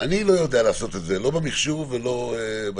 אני לא יודע לעשות את זה, לא במיחשוב ולא בטכני.